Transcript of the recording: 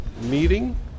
meeting